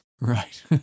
Right